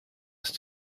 ist